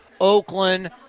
Oakland